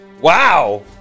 Wow